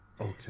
okay